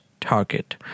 target